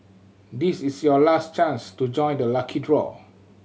this is your last chance to join the lucky draw